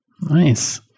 Nice